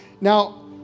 Now